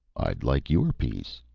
i'd like your piece,